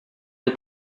est